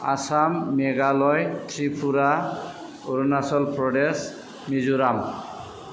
Assam Meghalaya Tripura Arunachal Pradesh Mizoram